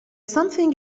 something